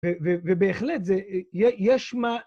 ו... ו... ‫ובהחלט זה... י... יש מה...